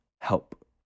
help